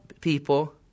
people